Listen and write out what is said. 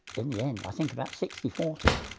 in the end, i think about sixty forty,